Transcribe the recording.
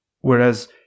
Whereas